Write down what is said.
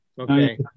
Okay